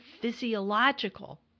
physiological